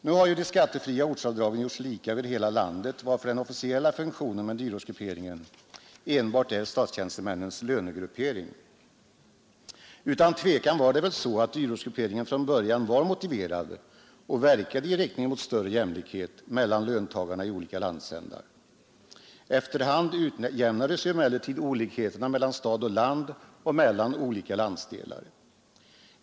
Nu har de skattefria ortsavdragen gjorts lika över hela landet, varför den officiella funktionen med dyrortsgrupperingen enbart är statstjänstemännens lönegruppering. Dyrortsgrupperingen var från början utan tvivel motiverad och verkade i riktning mot större jämlikhet mellan löntagarna i olika landsändar. Efter hand utjämnades emellertid olikheterna mellan stad och land och mellan olika landsdelar.